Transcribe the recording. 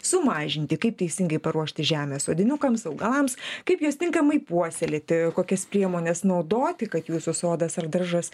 sumažinti kaip teisingai paruošti žemę sodinukams augalams kaip juos tinkamai puoselėti kokias priemones naudoti kad jūsų sodas ar daržas